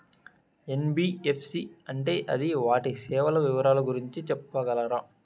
NBFC అంటే అది వాటి సేవలు వివరాలు గురించి సెప్పగలరా?